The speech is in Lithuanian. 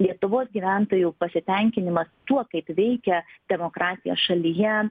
lietuvos gyventojų pasitenkinimas tuo kaip veikia demokratija šalyje